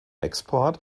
export